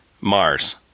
Mars